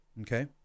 Okay